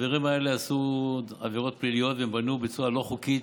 החברים האלה עשו עבירות פליליות ובנו בצורה לא חוקית,